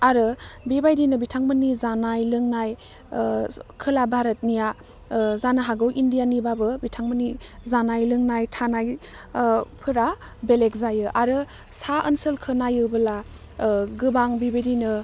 आरो बेबायदिनो बिथांमोननि जानाय लोंनाय खोला भारतनिया जानो हागौ इन्डियानिबाबो बिथां मोननि जानाय लोंनाय थानाय फोरा बेलेग जायो आरो सा ओनसोल खोनायोबोला गोबां बिबायदिनो